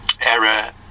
error